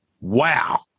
Wow